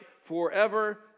forever